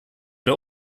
der